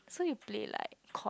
so you play like chord